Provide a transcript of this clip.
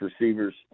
receivers